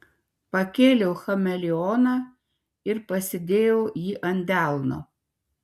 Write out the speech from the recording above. pakėliau chameleoną ir pasidėjau jį ant delno